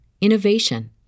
innovation